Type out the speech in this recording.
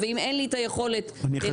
ואם אין לי את היכולת לעשות.